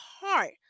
heart